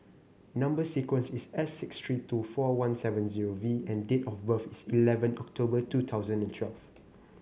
number sequence is S six three two four one seven zero V and date of birth is eleven October two thousand and twelve